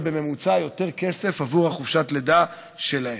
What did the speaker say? בממוצע יותר כסף עבור חופשת הלידה שלהם.